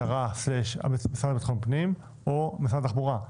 המשטרה/המשרד לביטחון פנים או משרד התחבורה.